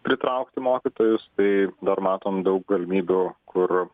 pritraukti mokytojus tai dar matom daug galimybių kur